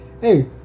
Hey